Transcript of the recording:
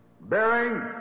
Bearing